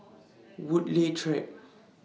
Woodleigh Track